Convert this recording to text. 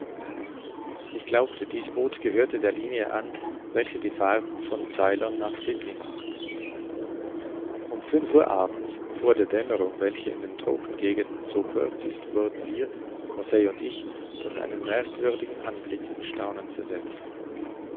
ich glaubte dies boot gehörte der linie an welche die fahrten von ceylon nach sidney macht um fünf uhr abends vor der dämmerung welche in den tropengegenden so kurz ist wurden wir conseil und ich durch einen merkwürdigen anblick in staunen versetzt